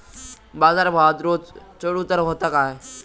बाजार भावात रोज चढउतार व्हता काय?